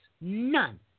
none